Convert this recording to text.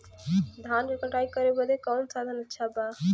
धान क कटाई करे बदे कवन साधन अच्छा बा?